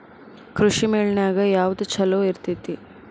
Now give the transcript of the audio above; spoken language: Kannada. ಕೃಷಿಮೇಳ ನ್ಯಾಗ ಯಾವ್ದ ಛಲೋ ಇರ್ತೆತಿ?